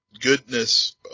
goodness